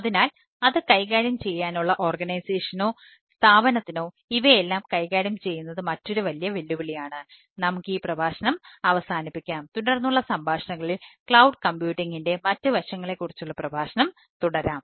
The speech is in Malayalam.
അതിനാൽ അത് കൈകാര്യം ചെയ്യാനുള്ള ഓർഗനൈസേഷനോ മറ്റ് വശങ്ങളെക്കുറിച്ചുള്ള പ്രഭാഷണം തുടരാം